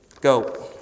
Go